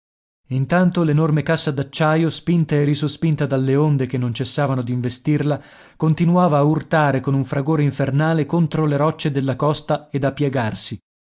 intanto l'enorme cassa d'acciaio spinta e risospinta dalle onde che non cessavano d'investirla continuava a urtare con un fragore infernale contro le rocce della costa ed a piegarsi